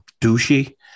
douchey